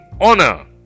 honor